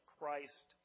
Christ